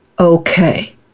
okay